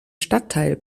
stadtteil